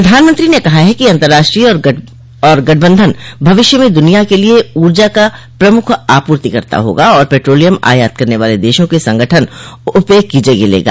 प्रधानमंत्री ने कहा है कि अतंर्राष्ट्रीय सौर गठबंधन भविष्य में दुनिया के लिये ऊर्जा का प्रमुख आपूर्तिकर्ता होगा और पेट्रालियम आयात करने वाले देशों के संगठन ओपेक की जगह लेगा